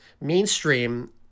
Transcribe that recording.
mainstream